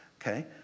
Okay